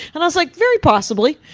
and i was like, very possibly.